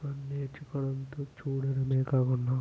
ఆ నేర్చుకుంటూ చూడడమే కాకుండా